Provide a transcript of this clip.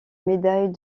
médaille